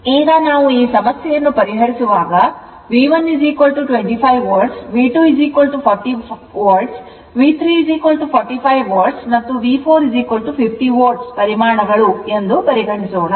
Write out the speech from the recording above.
ಈಗ ನಾವು ಈ ಸಮಸ್ಯೆಯನ್ನು ಪರಿಹರಿಸುವಾಗ V125 volt V240 volt V345 volt ಮತ್ತು V450 volt ಪರಿಮಾಣಗಳು ಎಂದು ಪರಿಗಣಿಸೋಣ